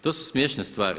To su smiješne stvari.